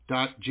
Dot